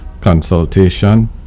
consultation